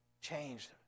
changed